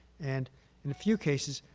and in a few cases,